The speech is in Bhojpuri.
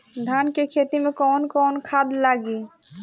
धान के खेती में कवन कवन खाद लागी?